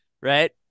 right